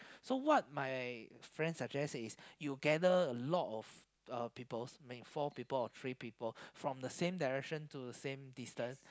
so what my friend suggest is you gather a lot of uh peoples mean four people or three people from the same direction to same distance